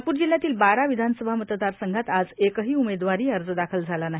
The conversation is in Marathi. नागपूर जिल्ह्यातील बारा विधानसभा मतदारसंघात आज एकही उमेदवारी अर्ज दाखल झाला नाही